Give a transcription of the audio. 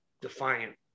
defiant